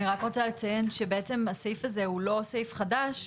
אני רק רוצה לציין שבעצם הסעיף הזה הוא לא סעיף חדש.